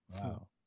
Wow